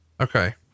Okay